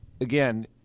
again